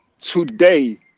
Today